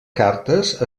cartes